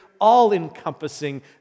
all-encompassing